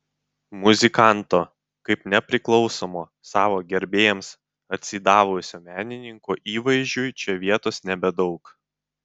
muzikanto kaip nepriklausomo savo gerbėjams atsidavusio menininko įvaizdžiui čia vietos nebedaug